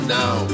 now